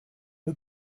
who